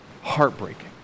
heartbreaking